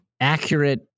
accurate